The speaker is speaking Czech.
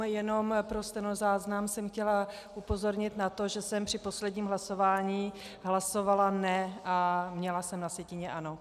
Jenom pro stenozáznam jsem chtěla upozornit na to, že jsem při posledním hlasování hlasovala ne, a měla jsem na sjetině ano.